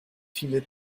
viele